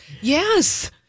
Yes